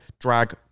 drag